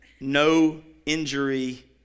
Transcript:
no-injury